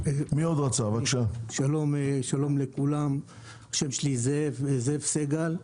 שלום לכולם, שמי זאב סגל,